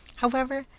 however,